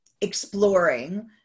exploring